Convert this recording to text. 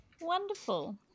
Wonderful